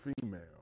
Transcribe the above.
female